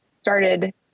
started